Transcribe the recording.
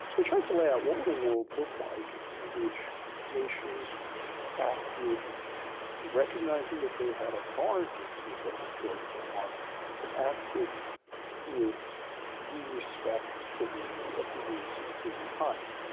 we tried to lay out what would a world look like in which nations acted recognizing that they had authority to make whatever choice they want but acted with due respect to the opinions of humankind.